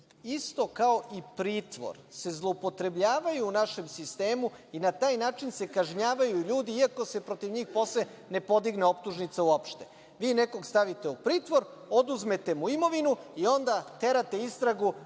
isto kao i pritvor zloupotrebljava u našem sistemu i na taj način se kažnjavaju ljudi, iako se protiv njih posle ne podigne optužnica uopšte. Vi nekog stavite u pritvor, oduzmete mu imovinu i onda terate istragu